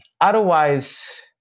otherwise